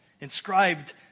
inscribed